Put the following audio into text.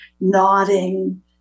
nodding